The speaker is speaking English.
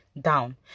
down